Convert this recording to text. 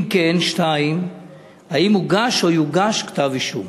2. אם כן, האם הוגש או יוגש כתב-אישום?